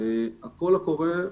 הקול הקורא,